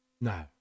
No